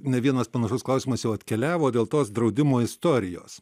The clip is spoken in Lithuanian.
ne vienas panašus klausimas jau atkeliavo dėl tos draudimo istorijos